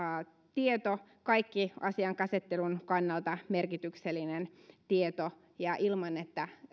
tieto kaikki asian käsittelyn kannalta merkityksellinen tieto ilman että